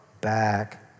back